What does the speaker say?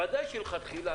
ודאי שמלכתחילה,